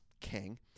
king